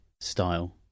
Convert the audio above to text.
style